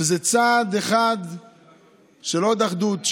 שזה צעד אחד לעוד אחדות,